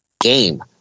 game